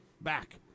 back